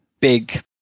big